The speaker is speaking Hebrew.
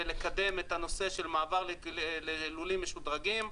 ולקדם את הנושא של מעבר ללולים משודרגים,